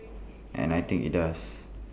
and I think IT does